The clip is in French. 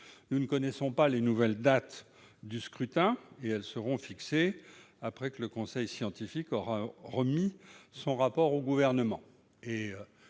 Nous ne connaissons pas les nouvelles dates du scrutin, qui seront fixées lorsque le conseil scientifique aura remis son rapport au Gouvernement.